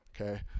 okay